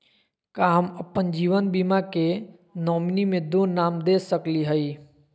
का हम अप्पन जीवन बीमा के नॉमिनी में दो नाम दे सकली हई?